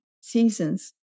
seasons